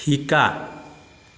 শিকা